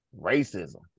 racism